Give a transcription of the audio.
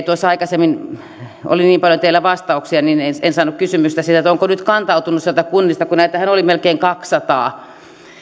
tuossa aikaisemmin kun oli niin paljon teillä vastauksia saanut kysymystä siitä onko nyt kantautunut sieltä kunnista kun näitähän oli melkein kaksisataa